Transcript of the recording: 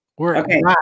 Okay